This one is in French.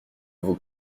vos